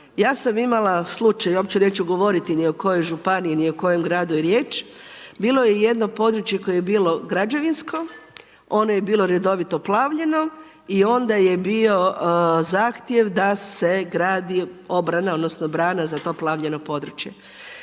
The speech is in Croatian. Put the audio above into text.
ja sam imala slučaj, uopće neću govoriti ni o kojoj županiji ni o kojem gradu je riječ. Bilo je i jedno područje koje je bilo građevinsko, ono je bilo redovito plavljeno i onda je bio zahtjev da se gradi obrana, odnosno brana za to plavljeno područje.